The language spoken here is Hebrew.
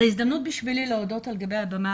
זו הזדמנות בשבילי להודות על גבי הבמה